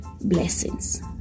blessings